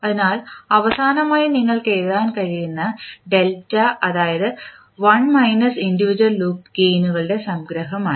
അതിനാൽ അവസാനമായി നിങ്ങൾക്ക് എഴുതാൻ കഴിയുന്ന ഡെൽറ്റ അതായത് 1 മൈനസ് ഇൻഡിവിജ്വൽ ലൂപ്പ് നേട്ടങ്ങളുടെ സംഗ്രഹമാണ്